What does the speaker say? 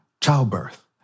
childbirth